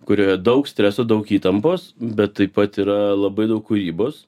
kurioje daug streso daug įtampos bet taip pat yra labai daug kūrybos